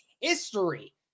history